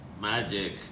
magic